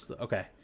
okay